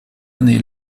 année